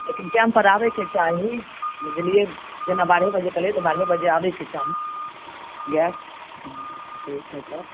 लेकिन टाइम पर आबेके चाही बुझलियै जेना बारह बजे कहलियै तऽ बारह बजे आबेके चाही गैस हँ ठीक हय तऽ